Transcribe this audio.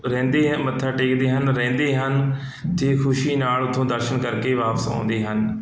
ਰਹਿੰਦੀ ਮੱਥਾ ਟੇਕਦੇ ਹਨ ਰਹਿੰਦੇ ਹਨ ਅਤੇ ਖੁਸ਼ੀ ਨਾਲ਼ ਉਥੋਂ ਦਰਸ਼ਨ ਕਰਕੇ ਵਾਪਸ ਆਉਂਦੇ ਹਨ